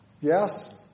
Yes